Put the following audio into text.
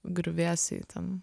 griuvėsiai ten